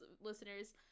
listeners